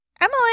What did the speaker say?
emily